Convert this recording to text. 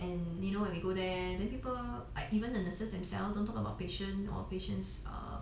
and you know when we go there then people like even the nurses themselves don't talk about patient or patients